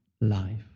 life